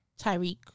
Tyreek